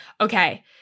Okay